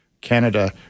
Canada